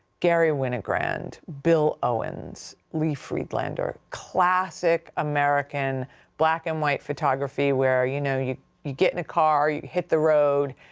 garry winogrand, bill owens, lee friedlander, classic american black and white photography where, you know, you, you get in the car, you hit the road,